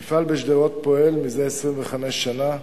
המפעל בשדרות פועל מזה 25 שנה,